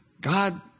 God